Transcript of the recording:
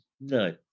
no